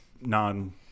non